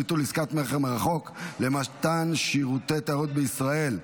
ביטול עסקת מכר מרחוק למתן שירותי תיירות בישראל),